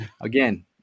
Again